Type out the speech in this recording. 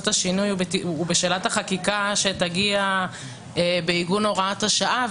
את השינוי הוא בשאלת החקיקה שתגיע בעיגון הוראת השעה.